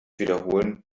wiederholen